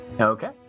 Okay